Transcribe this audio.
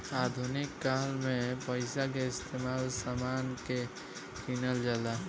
आधुनिक काल में पइसा के इस्तमाल समान के किनल जाला